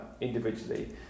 individually